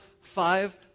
five